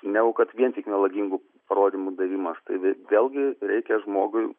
negu kad vien tik melagingų parodymų davimas tai vė vėlgi reikia žmogui